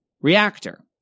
reactor